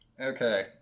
Okay